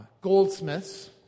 Goldsmiths